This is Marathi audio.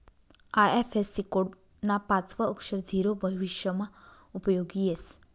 आय.एफ.एस.सी कोड ना पाचवं अक्षर झीरो भविष्यमा उपयोगी येस